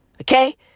Okay